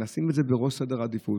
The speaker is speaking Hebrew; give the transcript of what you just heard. לשים את זה בראש סדר העדיפות.